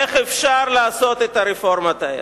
איך אפשר לעשות את הרפורמות האלה,